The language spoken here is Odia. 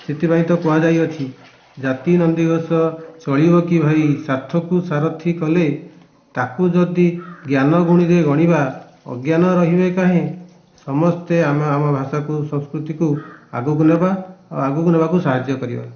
ସେଥିପାଇଁ ତ କୁହାଯାଇଅଛି ଜାତି ନନ୍ଦିଘୋଷ ଚଳିବକି ଭାଇ ସ୍ୱାର୍ଥକୁ ସାରଥି କଲେ ତାକୁ ଯଦି ଜ୍ଞାନ ଗୁଣିରେ ଗଣିବା ଅଜ୍ଞାନ ରହିବେ କାହିଁ ସମସ୍ତେ ଆମେ ଆମ ଭାଷାକୁ ସଂସ୍କୃତିକୁ ଆଗକୁ ନେବା ଓ ଆଗକୁ ନେବାକୁ ସାହାଯ୍ୟ କରିବା